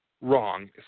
wrong